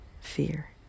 fear